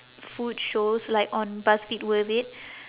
food shows like on buzzfeed worth it